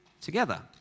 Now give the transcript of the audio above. together